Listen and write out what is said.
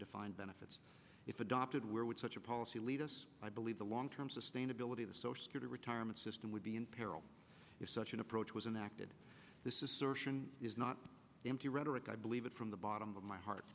defined benefits if adopted where would such a policy lead us i believe the long term sustainability of the social security retirement system would be in peril if such an approach was enacted this is not empty rhetoric i believe it from the bottom of my heart